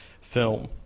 film